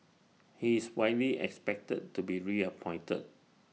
he is widely expected to be reappointed